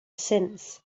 since